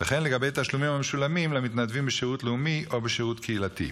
וכן לגבי תשלומים המשולמים למתנדבים בשירות לאומי או בשירות קהילתי.